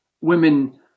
women